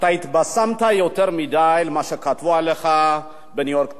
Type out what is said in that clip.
אתה התבשמת יותר מדי ממה שכתבו עליך ב"ניו-יורק טיימס".